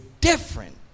different